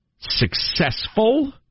successful